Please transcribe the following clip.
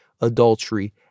adultery